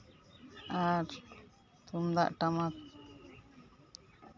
ᱟᱨ ᱛᱩᱢᱫᱟᱜ ᱴᱟᱢᱟᱠ